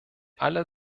alle